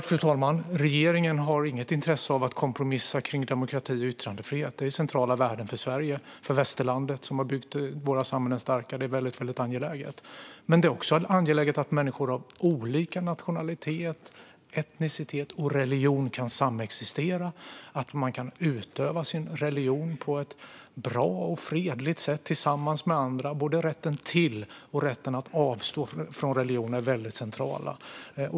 Fru talman! Regeringen har inget intresse av att kompromissa kring demokrati och yttrandefrihet. Det är centrala värden för Sverige och västerlandet, som har byggt våra samhällen starka. Detta är väldigt angeläget. Men det är också angeläget att människor av olika nationalitet, etnicitet och religion kan samexistera och att man kan utöva sin religion på ett bra och fredligt sätt tillsammans med andra. Både rätten till religion och rätten att avstå från religion är väldigt centrala.